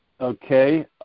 Okay